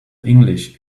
english